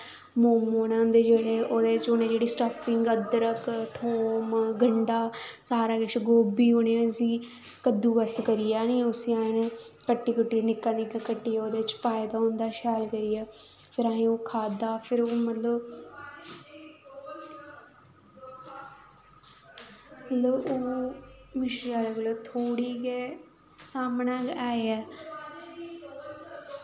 मोमोस नै जेह्ड़े ओह्दै च जेह्ड़ी सटफिंग थूम गंढा सारा किश गोभी ओनैं जीरा कद्दू बैसे करियै उसी नी कट्टी कुट्टियै निक्का करियै पाए दा होंदा ऐ ओह्दे बिच्च फिर ओह् असैं खाद्दा फिर ओह् मतलव मतलव ओह् मिशरी अह्लें कोला दा थोह्ड़ी गै सामनैं गै ऐ